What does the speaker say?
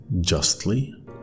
justly